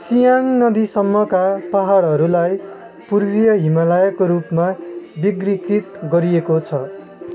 सियाङ नदीसम्मका पाहाडहरूलाई पूर्वीय हिमालयका रूपमा वग्रीकृत गरिएको छ